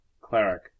cleric